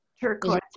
Turquoise